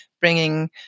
bringing